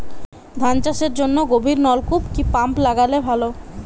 ধান চাষের জন্য গভিরনলকুপ কি পাম্প লাগালে ভালো?